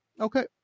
Okay